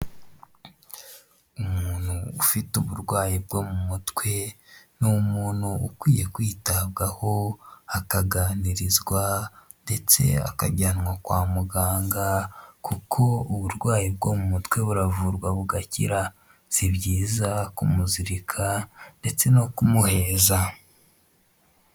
Umuntu ufite uburwayi bwo mu mutwe, ni umuntu ukwiye kwitabwaho akaganirizwa, ndetse akajyanwa kwa muganga, kuko uburwayi bwo mu mutwe buravurwa bugakira si byiza kumuzirika ndetse no kumuheza.